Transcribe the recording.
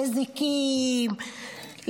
לזיקים,